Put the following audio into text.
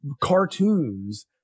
cartoons